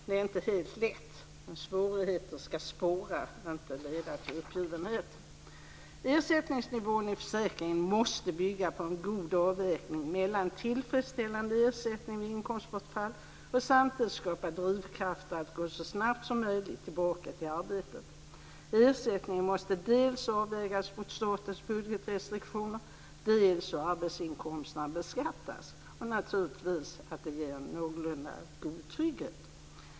Det är inte helt lätt, men svårigheter ska sporra inte leda till uppgivenhet. Ersättningsnivån i försäkringen måste bygga på en god avvägning mellan tillfredsställande ersättning vid inkomstbortfall och samtidigt skapa drivkrafter att gå så snabbt som möjligt tillbaka till arbetet. Ersättningen måste avvägas mot dels statens budgetrestriktioner, dels hur arbetsinkomsterna beskattas. Naturligtvis ska det ge någorlunda god trygghet.